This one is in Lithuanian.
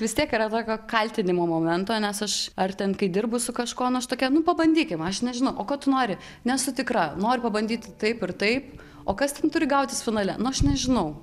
vis tiek yra tokio kaltinimo momento nes aš ar ten kai dirbu su kažkuo nu aš tokia nu pabandykim aš nežinau o ko tu nori nesu tikra noriu pabandyti taip ir taip o kas turi gautis finale nu aš nežinau